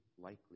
likely